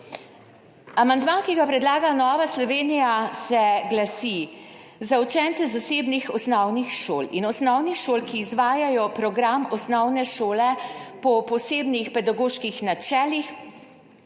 Amandma, ki ga predlaga Nova Slovenija, se glasi: »Za učence zasebnih osnovnih šol in osnovnih šol, ki izvajajo program osnovne šole po posebnih pedagoških načelih,